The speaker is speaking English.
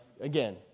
again